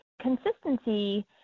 Consistency